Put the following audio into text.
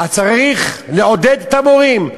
צריך לעודד את המורים?